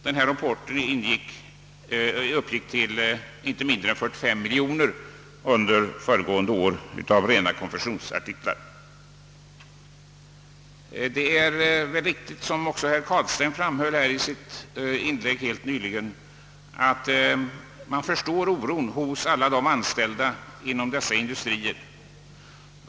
Denna import av rena konfektionsartiklar uppgick under föregående år till inte mindre än 45 miljoner kronor. Som herr Carlstein framhöll i sitt inlägg nyss är det förklarligt med oron hos de anställda inom dessa industrier.